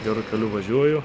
geru keliu važiuoju